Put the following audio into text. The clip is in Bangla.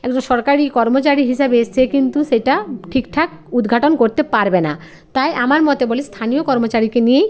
একজন সরকারি কর্মচারী হিসাবে সে কিন্তু সেটা ঠিকঠাক উদ্ঘাটন করতে পারবে না তাই আমার মতে বলি স্থানীয় কর্মচারীকে নিয়েই